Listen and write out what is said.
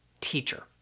teacher